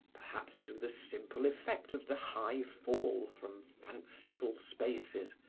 perhaps through the simple effect of the high fall from fanciful spaces,